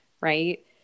right